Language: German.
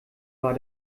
war